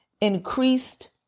increased